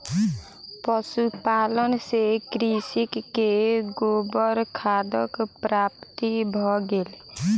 पशुपालन सॅ कृषक के गोबर खादक प्राप्ति भ गेल